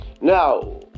now